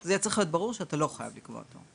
זה צריך להיות ברור שאתה לא חייב לקבוע תור.